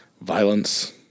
Violence